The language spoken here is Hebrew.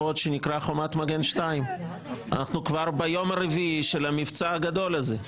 שנקרא חומת מגן 2. אנחנו כבר ביום הרביעי של המבצע הגדול הזה.